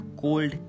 Cold